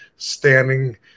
standing